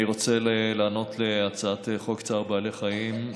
אני רוצה לענות על הצעת חוק צער בעלי חיים,